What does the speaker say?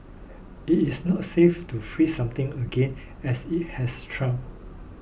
it is not safe to freeze something again as it has thawed